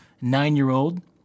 nine-year-old